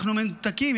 אנחנו מנותקים.